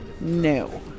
No